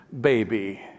baby